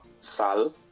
Sal